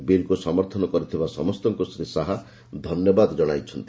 ବିଲ୍କୁ ସମର୍ଥନ କରିଥିବା ସମସ୍ତଙ୍କୁ ଶ୍ରୀ ଶାହା ଧନ୍ୟବାଦ ଜଣାଇଛନ୍ତି